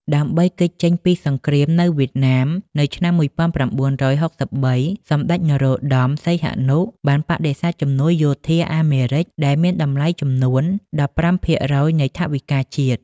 ដើម្បីគេចចេញពីសង្រ្គាមនៅវៀតណាមនៅឆ្នាំ១៩៦៣ សម្តេច នរោមសីហនុបានបដិសេធជំនួយយោធាពី អាមេរិក ដែលមានតម្លៃចំនួន១៥ភាគរយនៃថវិកាជាតិ។